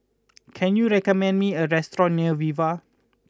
can you recommend me a restaurant near Viva